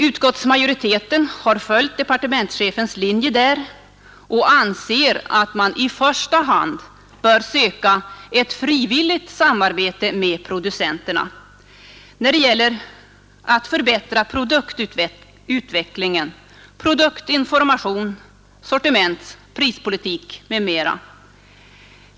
Utskottsmajoriteten har på denna punkt följt departementschefens linje och anser, att man i första hand bör söka åstadkomma ett frivilligt samarbete med producenterna när det gäller att förbättra produktplanering, produktinformation, sortiment, prispolitik m.m.